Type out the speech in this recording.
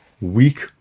weak